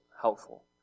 Helpful